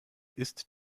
ist